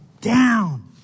down